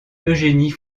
eugénie